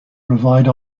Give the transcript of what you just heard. provide